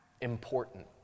important